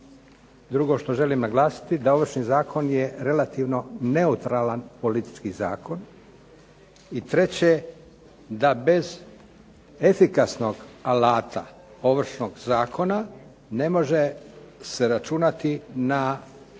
Drugo što želim naglasiti da Ovršni zakon je relativno neutralan politički zakon. I treće da bez efikasnog alata Ovršnog zakona, ne može se računati na konkurentsku